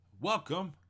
Welcome